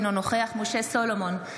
אינו נוכח משה סולומון,